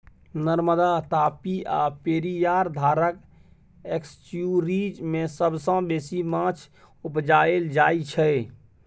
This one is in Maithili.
नर्मदा, तापी आ पेरियार धारक एस्च्युरीज मे सबसँ बेसी माछ उपजाएल जाइ छै